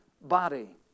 body